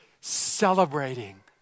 celebrating